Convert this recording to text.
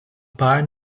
par